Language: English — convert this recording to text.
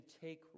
take